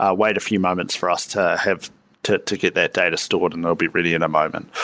ah wait a few moments for us to have to to get that data stored and it'll be really in a moment.